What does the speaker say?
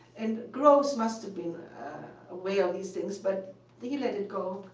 and groves must've been aware of these things, but he let it go.